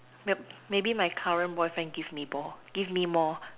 maybe my current boyfriend give me ball give me more